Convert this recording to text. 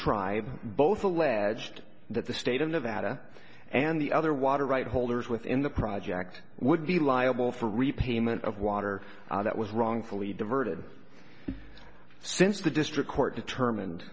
tribe both alleged that the state of nevada and the other water right holders within the project would be liable for repayment of water that was wrongfully diverted since the district court determined